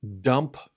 dump